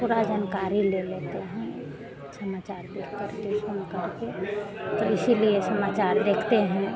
पुरी जनकारी ले लेते हैं समाचार देखकर के सुनकर के तो इसीलिए समाचार देखते हैं